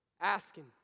Asking